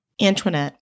Antoinette